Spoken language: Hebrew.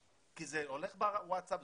זה הולך בווטסאפ,